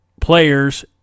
players